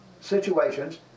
situations